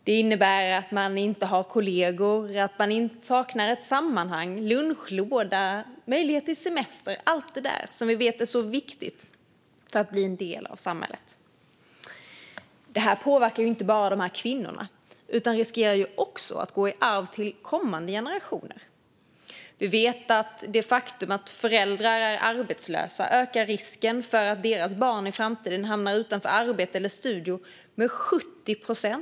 Det innebär att de inte har kollegor, att de saknar ett sammanhang, lunchlåda och möjlighet till semester. Det är allt detta som vi vet är så viktigt för att bli en del av samhället. Det påverkar inte bara de här kvinnorna utan riskerar också att gå i arv till kommande generationer. Vi vet att det faktum att föräldrar är arbetslösa ökar risken för att deras barn i framtiden hamnar utanför arbete eller studier med 70 procent.